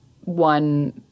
one